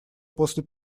после